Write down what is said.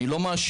אני לא מאשים,